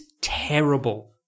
terrible